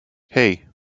hey